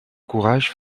courage